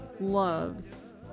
loves